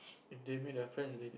if they made offense